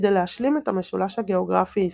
כדי להשלים את המשולש הגאוגרפי-עסקי.